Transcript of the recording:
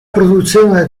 produzione